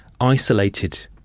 isolated